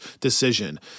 decision